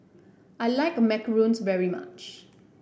I like Macarons very much